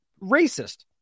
racist